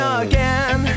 again